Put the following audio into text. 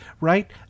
right